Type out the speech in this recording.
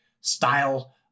style